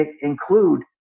include